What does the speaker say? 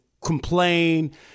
complain